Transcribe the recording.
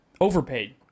Overpaid